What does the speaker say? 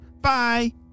Bye